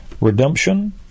redemption